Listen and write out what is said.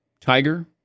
Tiger